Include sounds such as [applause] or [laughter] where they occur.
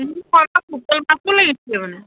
[unintelligible] local মাছো লাগিছিলে মানে